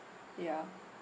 ya